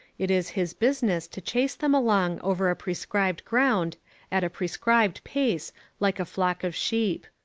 it is his business to chase them along over a prescribed ground at a prescribed pace like a flock of sheep.